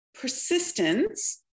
persistence